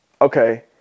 okay